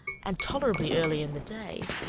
and tolerably early in the day,